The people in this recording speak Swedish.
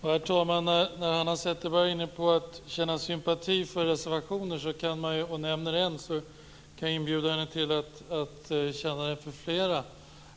Herr talman! Hanna Zetterberg säger att hon kan känna sympati för reservationer och nämner då en reservation - kanske kan hon då känna sympati för flera?